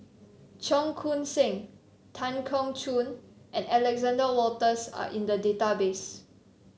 Cheong Koon Seng Tan Keong Choon and Alexander Wolters are in the database